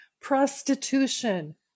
Prostitution